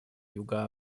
юга